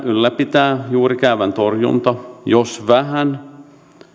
ylläpitää juurikäävän torjunta jos vähän